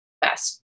best